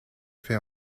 fait